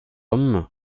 homme